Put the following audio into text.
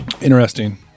Interesting